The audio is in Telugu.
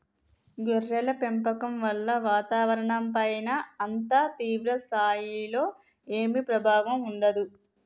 గొర్రెల పెంపకం వల్ల వాతావరణంపైన అంత తీవ్ర స్థాయిలో ఏమీ ప్రభావం ఉండదు